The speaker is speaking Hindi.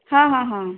हाँ हाँ हाँ